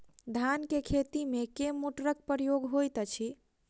धान केँ खेती मे केँ मोटरक प्रयोग होइत अछि?